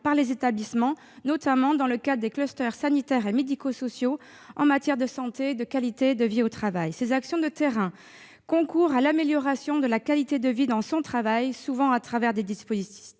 par les établissements, notamment dans le cadre des sanitaires et médico-sociaux en matière de santé et de qualité de vie au travail. Ces actions de terrain concourent à l'amélioration de la qualité de vie dans son travail, souvent au travers de dispositifs